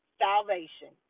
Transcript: salvation